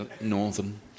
northern